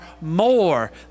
more